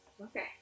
Okay